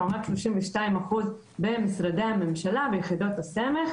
לעומת 32% במשרדי הממשלה ויחידות הסמך,